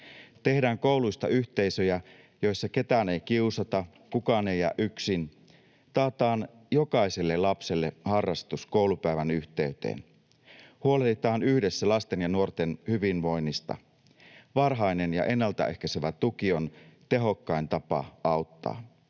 Tehdään kouluista yhteisöjä, joissa ketään ei kiusata, kukaan ei jää yksin. Taataan jokaiselle lapselle harrastus koulupäivän yhteyteen. Huolehditaan yhdessä lasten ja nuorten hyvinvoinnista. Varhainen ja ennalta ehkäisevä tuki on tehokkain tapa auttaa.